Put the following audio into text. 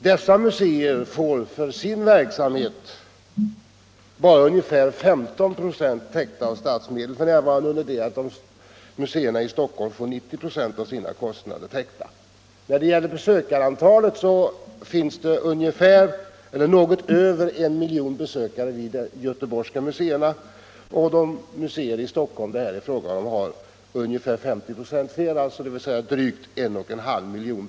Dessa museer får för sin verksamhet bara ungefär 15 926 täckta av statsmedel f. n., under det att museerna i Stockholm får 90 26 av sina kostnader täckta. Antalet besökare uppgår till något över en miljon vid de göteborgska museerna, medan de museer i Stockholm som det här är fråga om har ungefär 50 96 fler besökare, dvs. drygt en och en halv miljon.